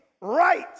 right